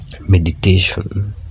meditation